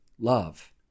love